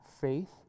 faith